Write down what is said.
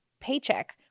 paycheck